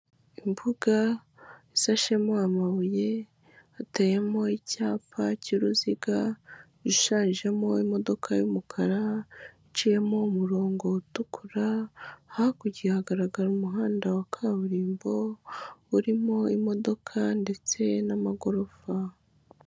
Imbuga isashemo amabuye hateyemo icyapa cy'uruziga ishajemo imodoka y'umukara iciyemo umurongo utukura, hakurya hagaragara umuhanda wa kaburimbo urimo imodoka ndetse n'amagorofa.